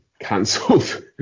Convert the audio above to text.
cancelled